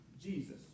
Jesus